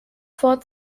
fort